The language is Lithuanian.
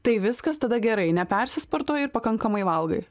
tai viskas tada gerai nepersisportuoji ir pakankamai valgai